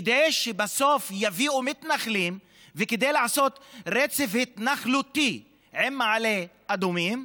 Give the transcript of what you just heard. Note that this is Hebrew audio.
כדי שבסוף יביאו מתנחלים וכדי לעשות רצף התנחלותי עם מעלה אדומים,